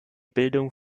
bildung